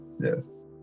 yes